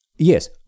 Yes